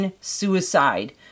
suicide